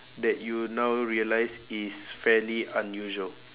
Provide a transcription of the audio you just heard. that you now realised is fairly unusual